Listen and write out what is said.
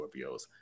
Scorpios